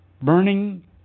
burning